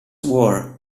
war